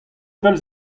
evel